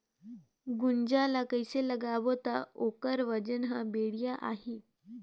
गुनजा ला कइसे लगाबो ता ओकर वजन हर बेडिया आही?